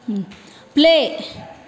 play